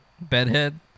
Bedhead